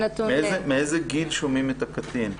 מאיזה גיל שומעים את הקטין?